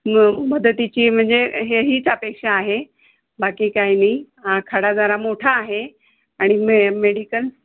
म मदतीची म्हणजे हे हीच अपेक्षा आहे बाकी काय नाही खडा जरा मोठा आहे आणि मे मेडिकल